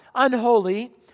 unholy